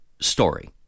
story